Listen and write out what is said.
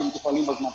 בזמן, והם מוכנים בזמן.